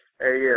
Hey